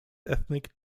ethnic